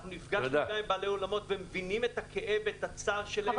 אנחנו נפגשנו גם עם בעלי האולמות ומבינים את הכאב והצער שלהם.